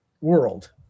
world